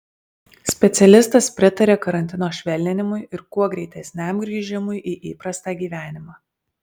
specialistas pritaria karantino švelninimui ir kuo greitesniam grįžimui į įprastą gyvenimą